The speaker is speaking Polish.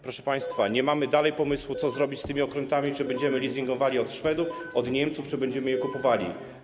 Proszę państwa, nie mamy pomysłu, co dalej zrobić z tymi okrętami: czy będziemy leasingowali od Szwedów, od Niemców, czy będziemy je kupowali.